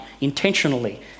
intentionally